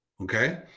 Okay